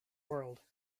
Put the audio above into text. world